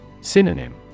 Synonym